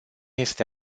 este